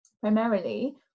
primarily